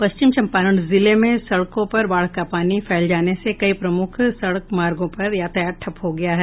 पश्चिम चंपारण जिले में सड़कों पर बाढ़ का पानी फैल जाने से कई प्रमुख सड़क मार्गो पर यातायात ठप्प हो गया है